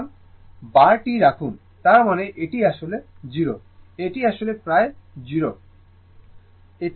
সুতরাং বারটি রাখুন তার মানে এটি আসলে 0 এটি আসলে প্রায় 0 ভুলে যাচ্ছে